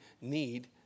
need